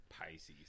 Pisces